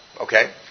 Okay